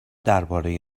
درباره